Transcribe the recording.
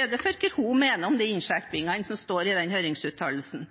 rede for hva hun mener om innskjerpingene som